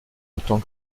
autant